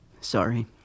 Sorry